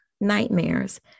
nightmares